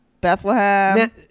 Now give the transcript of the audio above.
bethlehem